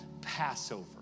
Passover